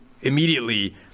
immediately